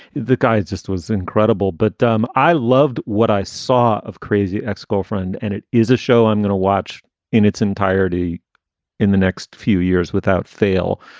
the guy just was incredible. but um i loved what i saw. of crazy ex-girlfriend. and it is a show i'm going to watch in its entirety in the next few years without fail.